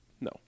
No